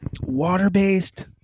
Water-based